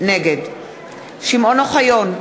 נגד שמעון אוחיון,